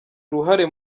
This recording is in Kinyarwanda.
uruhare